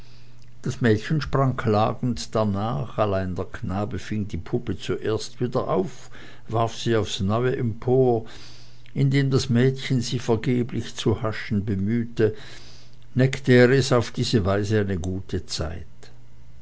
das mädchen sprang klagend darnach allein der knabe fing die puppe zuerst wieder auf warf sie aufs neue empor und indem das mädchen sie vergeblich zu haschen sich bemühte neckte er es auf diese weise eine gute zeit